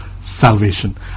salvation